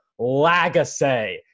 Lagasse